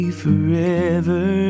forever